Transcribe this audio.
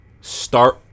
start